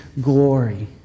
glory